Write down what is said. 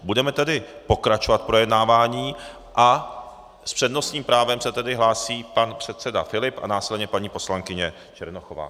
Budeme tedy pokračovat v projednávání a s přednostním právem se tedy hlásí pan předseda Filip a následně paní poslankyně Černochová.